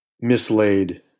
mislaid